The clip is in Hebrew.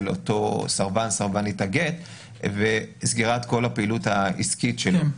אותו סרבן או סרבנית הגט וסגירת כל הפעילות העסקית שלהם.